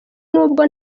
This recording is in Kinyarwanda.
nubwo